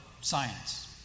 science